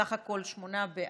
סך הכול שמונה בעד,